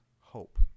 hope